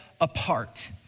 apart